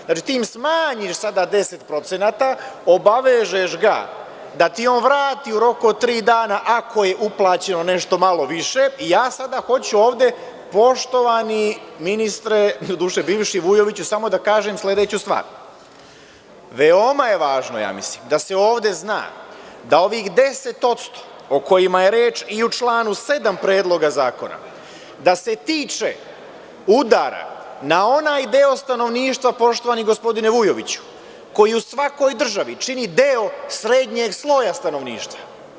Znači, ti smanjiš sada 10%, obavežeš ga da ti on vrati u roku od tri dana ako je uplaćeno nešto malo više i ja sada hoću ovde, poštovani ministre, doduše bivši, Vujoviću, da kažem sledeću stvar – veoma je važno da se ovde zna da ovih 10%, o kojima je reč i u članu 7. Predloga zakona, da se tiče udara na onaj deo stanovništva koji u svakoj državi čini deo srednjeg sloja stanovništva.